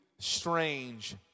strange